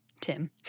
Tim